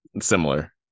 Similar